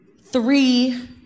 Three